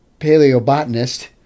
paleobotanist